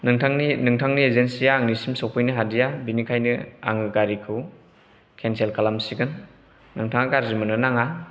नोंथांनि नोंथानि एजेनसिआ आंनिसिम सौफैनो हादिया बेनिखायनो आं गारिखौ केनसेल खालामसिगोन नोंथाङा गाज्रि मोननो नाङा